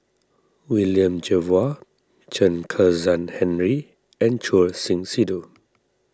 William Jervois Chen Kezhan Henri and Choor Singh Sidhu